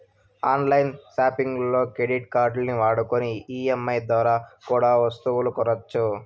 on line సాపింగుల్లో credit కార్డుల్ని వాడుకొని ఈ.ఎం.ఐ దోరా కూడా ఒస్తువులు కొనొచ్చు